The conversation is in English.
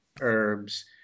herbs